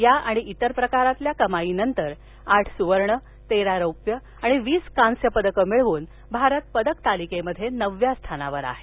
या आणि इतर प्रकारातील कमाईनंतर आठ सूवर्ण तेरा रौप्य आणि वीस कांस्य पदकं मिळवून भारत पदक तालिकेत नवव्या स्थानावर आहे